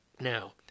Now